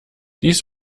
dies